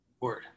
word